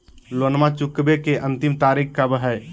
लोनमा चुकबे के अंतिम तारीख कब हय?